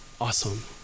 awesome